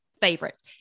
favorite